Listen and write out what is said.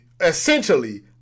Essentially